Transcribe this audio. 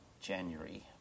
January